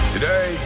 Today